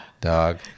dog